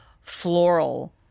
floral